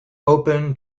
open